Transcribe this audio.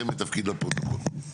בבקשה, שם ותפקיד לפרוטוקול.